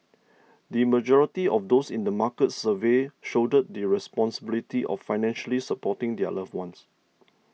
the majority of those in the markets surveyed shoulder the responsibility of financially supporting their loved ones